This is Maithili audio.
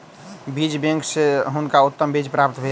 बीज बैंक सॅ हुनका उत्तम बीज प्राप्त भेल